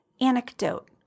anecdote